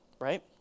right